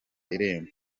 irembo